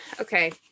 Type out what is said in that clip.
okay